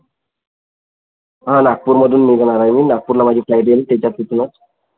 हा नागपूरमधून निघणार आहे मी नागपूरला माझी फ्लाईट आहे तिथच्या तिथूनच